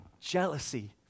jealousy